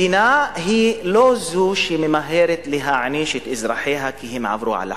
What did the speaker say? מדינה היא לא זו שממהרת להעניש את אזרחיה כי הם עברו על החוק,